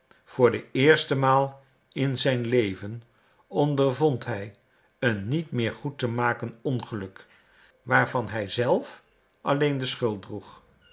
voor de eerste maal in zijn leven ondervond hij een niet meer goed te maken ongeluk waarvan hij zelf alleen de schuld